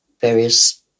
various